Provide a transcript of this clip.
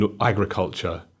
agriculture